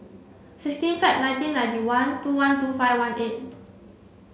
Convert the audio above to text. sixteen Feb nineteen ninety one two one two five one eight